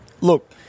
look